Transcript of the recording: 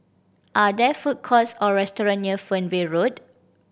are there food courts or restaurant near Fernvale Road